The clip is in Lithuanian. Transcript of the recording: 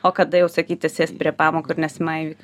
o kada jau sakyti sėsk prie pamokų ir nesimaivyk